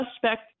suspect